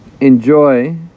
enjoy